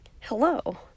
hello